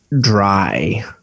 dry